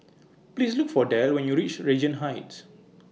Please Look For Del when YOU REACH Regent Heights